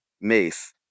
Mace